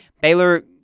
Baylor